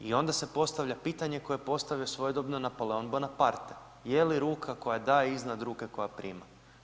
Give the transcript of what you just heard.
I onda se postavlja pitanje koje postavlja svojedobno Napoleon Bonaparte, je li ruka koja daje iznad ruke koja prima.